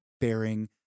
bearing